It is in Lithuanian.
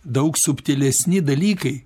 daug subtilesni dalykai